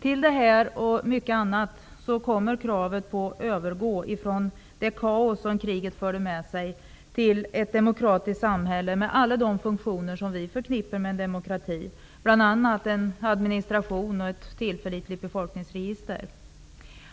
Till detta och mycket annat kommer kravet på en övergång från det kaos som kriget förde med sig till ett demokratiskt samhälle, med alla de funktioner som vi förknippar med demokrati, bl.a. en administration och ett tillförlitligt befolkningsregister.